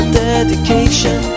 dedication